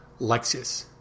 Lexus